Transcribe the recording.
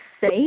say